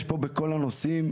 יש פה בכל הנושאים.